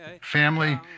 family